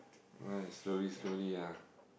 nevermind slowly slowly ah